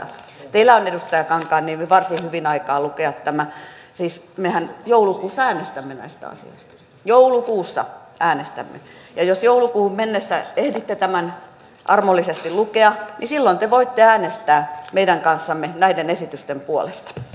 teillä on edustaja kankaanniemi varsin hyvin aikaa lukea tämä siis mehän joulukuussa äänestämme näistä asioista joulukuussa äänestämme ja jos joulukuuhun mennessä ehditte tämän armollisesti lukea niin silloin te voitte äänestää meidän kanssamme näiden esitysten puolesta